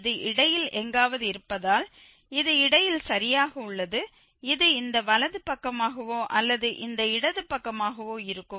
இது இடையில் எங்காவது இருப்பதால் இது இடையில் சரியாக உள்ளது இது இந்த வலது பக்கமாகவோ அல்லது இந்த இடது பக்கமாகவோ இருக்கும்